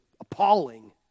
appalling